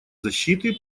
защиты